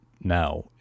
now